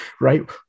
right